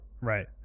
Right